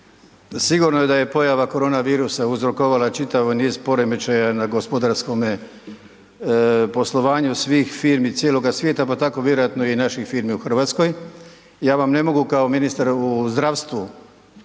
Sigurno je da je pojava korona virusa uzrokovala čitavi niz poremećaja na gospodarskome poslovanju svih firmi cijeloga svijeta, pa tako vjerojatno i naših firmi u Hrvatskoj. Ja vam ne mogu kao ministar u zdravstvu